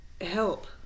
help